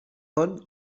bon